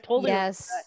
Yes